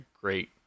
great